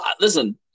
listen